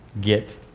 get